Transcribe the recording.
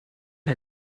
der